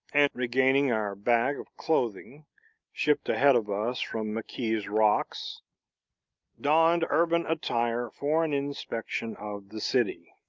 and, regaining our bag of clothing shipped ahead of us from mckee's rocks donned urban attire for an inspection of the city.